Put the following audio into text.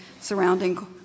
surrounding